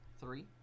Three